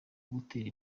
gutera